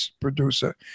producer